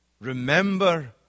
Remember